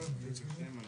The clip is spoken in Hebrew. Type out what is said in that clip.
הם לא בזום.